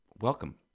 Welcome